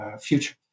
future